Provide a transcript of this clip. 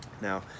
now